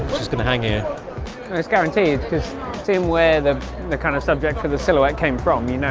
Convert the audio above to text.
just gonna hang here it's guaranteed just seem where the the kind of subject for the silhouette came from you know,